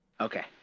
okay